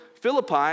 Philippi